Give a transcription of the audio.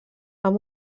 amb